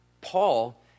Paul